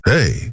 Hey